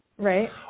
Right